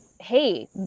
hey